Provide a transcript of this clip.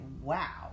wow